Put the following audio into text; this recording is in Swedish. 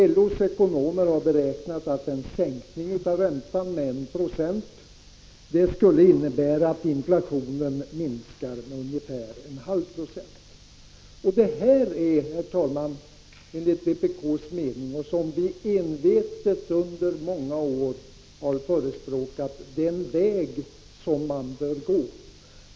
LO:s ekonomer har beräknat att en sänkning av räntan med 1 96 skulle innebära att inflationen minskar med ungefär 0,5 90. Detta är enligt vpk:s mening, något som vi envetet under många år framhållit, den väg som man bör gå.